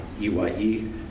E-Y-E